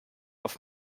auf